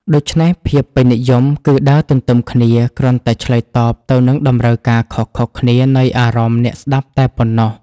ដូច្នេះ ភាពពេញនិយមគឺដើរទន្ទឹមគ្នា គ្រាន់តែឆ្លើយតបទៅនឹងតម្រូវការខុសៗគ្នានៃអារម្មណ៍អ្នកស្ដាប់តែប៉ុណ្ណោះ។